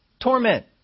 torment